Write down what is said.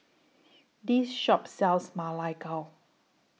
This Shop sells Ma Lai Gao